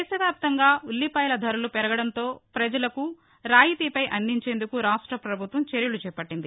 దేశవ్యాప్తంగా ఉల్లిపాయల ధరలు పెరగడంతో ప్రజలకు రాయితీపై అందించేందుకు రాష్ట పభుత్వం చర్యలు చేపట్టింది